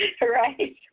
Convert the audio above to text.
Right